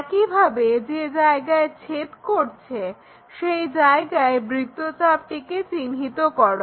একইভাবে যে জায়গায় ছেদ করছে সেই জায়গায় বৃত্তচাপটিকে চিহ্নিত করো